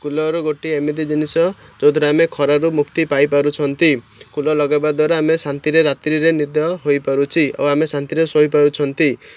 cooler ଗୋଟିଏ ଏମିତି ଜିନିଷ ଯେଉଁଥିରେ ଆମେ ଖରାରୁ ମୁକ୍ତି ପାଇପାରୁଛନ୍ତି କୁଲର୍ ଲଗେଇବା ଦ୍ୱାରା ଆମେ ଶାନ୍ତିରେ ରାତି୍ରରେ ନିଦ ହୋଇପାରୁଛି ଆଉ ଆମେ ଶାନ୍ତିରେ ଶୋଇପାରୁଛନ୍ତି